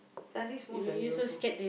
then this moves that he was from